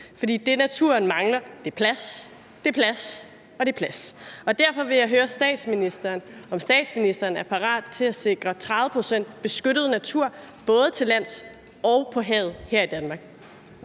fordi det, naturen mangler, er plads, plads og plads. Derfor vil jeg høre statsministeren, om statsministeren er parat til at sikre 30 pct. beskyttet natur både til lands og til vands her i Danmark.